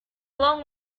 long